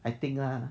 I think lah